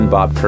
Bob